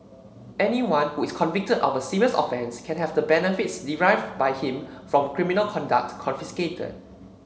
anyone who is convicted of a serious offence can have the benefits derived by him from criminal conduct confiscated